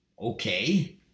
okay